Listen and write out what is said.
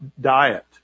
diet